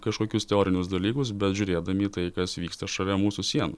kažkokius teorinius dalykus bet žiūrėdami į tai kas vyksta šalia mūsų sienų